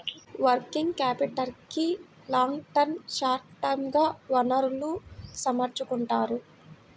working క్యాపిటల్కి long term, short term గా వనరులను సమకూర్చుకుంటారు